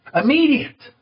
immediate